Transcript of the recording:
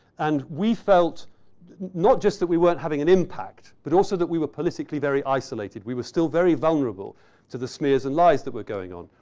and we felt not just that we weren't having an impact, but also that we were politically very isolated. we were still very vulnerable to the smears and lies that were going on.